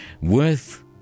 worth